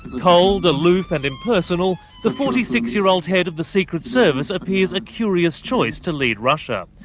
cold, aloof and impersonal, the forty six year old head of the secret service appears a curious choice to lead russia.